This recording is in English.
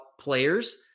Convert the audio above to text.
players